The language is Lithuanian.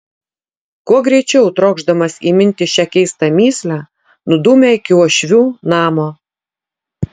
kuo greičiau trokšdamas įminti šią keistą mįslę nudūmė iki uošvių namo